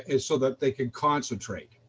and so that they can concentrate.